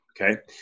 Okay